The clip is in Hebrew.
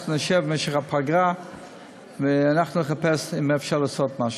אנחנו נשב במשך הפגרה ונחפש אם אפשר לעשות משהו.